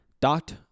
dot